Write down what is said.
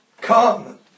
Come